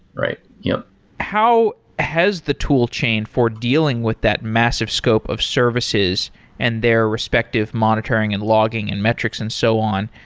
right. yeah how has the tool chain for dealing with that massive scope of services and their respective monitoring and logging and metrics and so on,